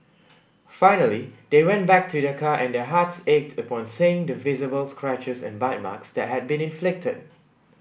finally they went back to their car and their hearts ached upon seeing the visible scratches and bite marks that had been inflicted